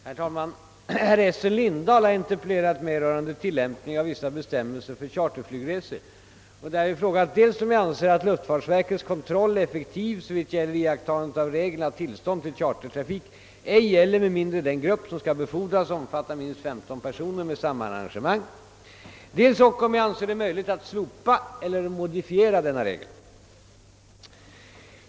Herr talman! Herr Lindahl har interpellerat mig rörande tillämpningen av vissa bestämmelser för charterflygresor och därvid frågat dels om jag anser att luftfartsverkets kontroll är effektiv såvitt gäller iakttagande av regeln att tillstånd till chartertrafik ej gäller med mindre den grupp som skall befordras omfattar minst 15 personer med samma arrangemang, dels ock om jag anser det möjligt att slopa eller modifiera denna regel.